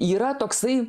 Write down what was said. yra toksai